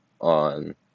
on